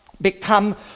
become